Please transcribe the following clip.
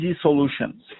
solutions